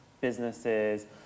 businesses